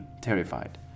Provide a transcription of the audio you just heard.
terrified